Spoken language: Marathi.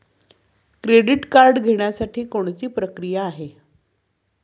क्रेडिट कार्ड घेण्यासाठी कोणती प्रक्रिया आहे?